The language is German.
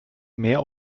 mehr